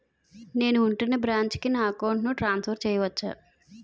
నేను ఉంటున్న బ్రాంచికి నా అకౌంట్ ను ట్రాన్సఫర్ చేయవచ్చా?